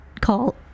call